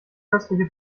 köstliche